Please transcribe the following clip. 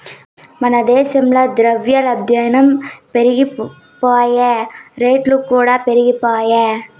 మన దేశంల ద్రవ్యోల్బనం పెరిగిపాయె, రేట్లుకూడా పెరిగిపాయె